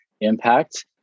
impact